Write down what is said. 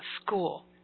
school